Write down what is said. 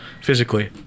physically